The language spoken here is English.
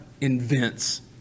invents